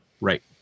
right